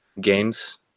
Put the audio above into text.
games